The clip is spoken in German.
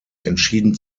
entschieden